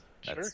Sure